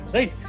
Right